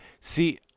See